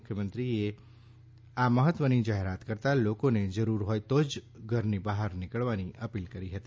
મુખ્યમંત્રીએ આ મહત્વની જાહેરત કરતાં લોકોને જરૂર હોય તો જ બહાર નીકળવાની અપીલ કરી હતી